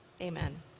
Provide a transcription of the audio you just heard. Amen